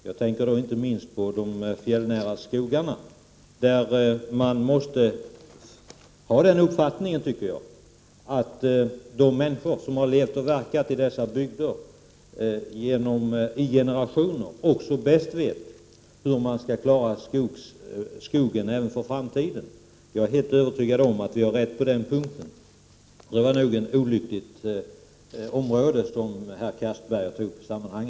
Jag tänker inte minst på de fjällnära skogarna, där man måste ha den uppfattningen att det är de människor som har levt och verkat i dessa bygder i generationer som bäst vet hur skogen skall klaras även för framtiden. Jag är helt övertygad om att vi har rätt på den punkten. Det var nog ett olyckligt valt exempel av herr Castberger i detta sammanhang.